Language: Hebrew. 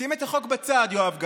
שים את החוק בצד, יואב גלנט: